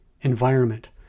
environment